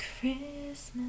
Christmas